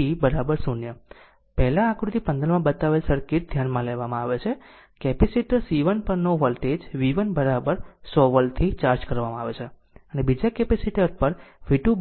તેથી આગળ t0 t 0 પહેલાં આકૃતિ 15 માં બતાવેલ સર્કિટ ધ્યાનમાં લેવામાં આવે છે કેપેસિટર C 1 નો વોલ્ટેજ v1 100 વોલ્ટ થી ચાર્જ કરવામાં આવે છે અને બીજા કેપેસિટર પર v2